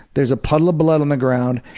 there's a puddle of blood on the ground,